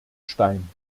stein